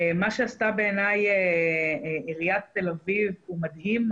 מה שעשתה בעיניי עיריית תל אביב הוא מדהים.